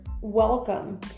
welcome